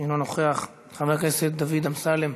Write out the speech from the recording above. אינו נוכח, חבר הכנסת דוד אמסלם,